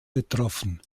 betroffen